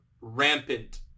rampant